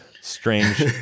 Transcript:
strange